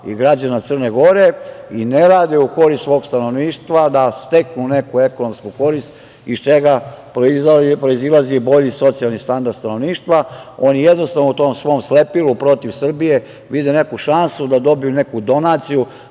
i građana Crne Gore i ne rade u korist svog stanovništva, da steknu neku ekonomsku korist, iz čega proizilazi bolji socijalni standard stanovništva. Oni jednostavno u tom svom slepilu protiv Srbije vide neku šansu da dobiju neku donaciju,